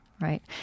right